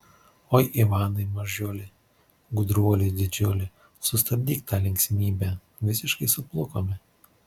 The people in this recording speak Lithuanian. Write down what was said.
oi ivanai mažiuli gudruoli didžiuli sustabdyk tą linksmybę visiškai suplukome